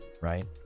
right